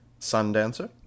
Sundancer